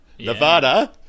Nevada